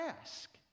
ask